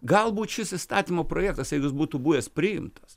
galbūt šis įstatymo projektas jeigu jis būtų buvęs priimtas